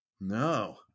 No